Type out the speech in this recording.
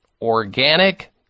Organic